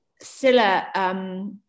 Silla